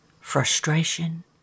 frustration